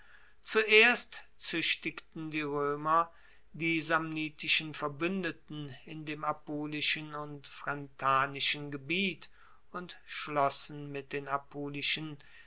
zuerst zuechtigten die roemer die samnitischen verbuendeten in dem apulischen und frentanischen gebiet und schlossen mit den